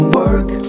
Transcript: work